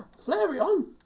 Flareon